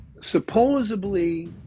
supposedly